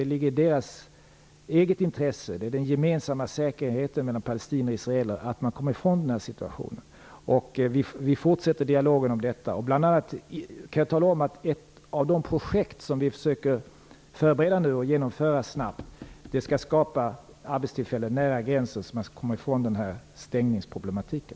Det ligger i Israels eget intresse, det är av intresse för den gemensamma säkerheten mellan palestinier och israler att man kommer ifrån den här situationen. Vi fortsätter dialogen om detta. Jag kan nämna att ett av de projekt som vi nu försöker förbereda och genomföra snabbt syftar till att skapa arbetstillfällen nära gränsen så att man därigenom kan komma ifrån den här stängningsproblematiken.